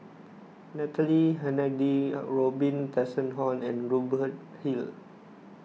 Natalie Hennedige Robin Tessensohn and Robert Hill